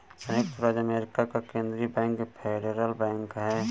सयुक्त राज्य अमेरिका का केन्द्रीय बैंक फेडरल बैंक है